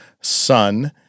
son